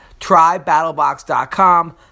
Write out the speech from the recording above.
TryBattlebox.com